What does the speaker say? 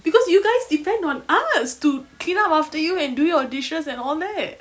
because you guys depend on us to clean up after you and do your dishes and all that